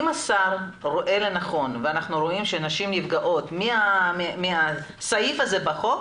אם השר רואה לנכון ואנחנו רואים שנשים נפגעות מהסעיף הזה בחוק